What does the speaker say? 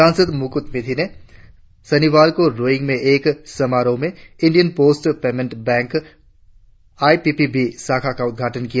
सांसद मुकुट मिथि ने शनिवार को रोइंग में एक समारोह में India Post Payments Bank I P P B शाखा का उदघाटन किया